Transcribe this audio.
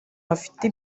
hafite